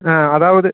ஆ அதாவது